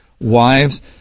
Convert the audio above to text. Wives